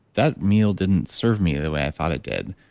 that meal didn't serve me the way i thought it did.